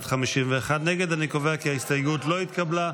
אני קובע כי ההסתייגות לא התקבלה.